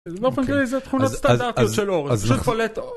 באופן כללי זה תכונות סטנדרטיות של אור זה פשוט פולט אור